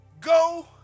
Go